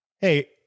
hey